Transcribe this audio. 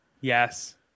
Yes